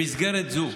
במסגרת זו,